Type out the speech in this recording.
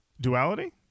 duality